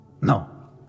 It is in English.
No